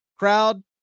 crowd